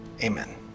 amen